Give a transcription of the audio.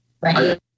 Right